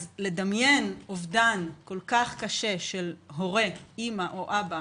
אז לדמיין אובדן כל כך קשה של הורה, אימא או אבא,